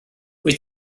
wyt